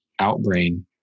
Outbrain